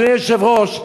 אדוני היושב-ראש,